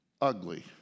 ugly